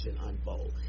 unfold